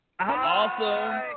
Awesome